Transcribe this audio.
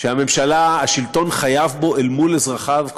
שהממשלה השלטון חייב בו כלפי אזרחיו,